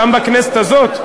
גם בכנסת הזאת?